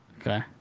Okay